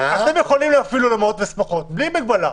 להפעיל אולמות ושמחות בלי מגבלה,